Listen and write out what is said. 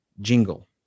jingle